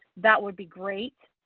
that would be great.